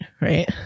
Right